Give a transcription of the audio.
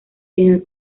final